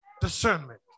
Discernment